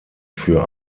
für